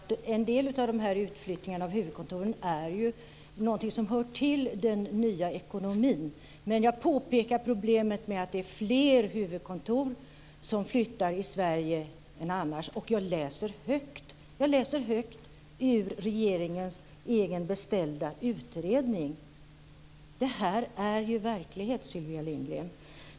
Fru talman! Det var vad jag började med att säga. En del av utflyttningarna av huvudkontoren är någonting som hör till den nya ekonomin. Men jag påpekade problemet med att det är fler huvudkontor som flyttar i Sverige än annars. Jag läser högt i regeringens egen beställda utredning. Det här är verklighet, Sylvia Lindgren.